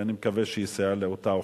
אני מקווה שיסייע לאותה אוכלוסייה.